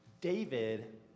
David